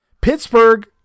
pittsburgh